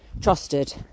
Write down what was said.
trusted